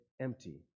empty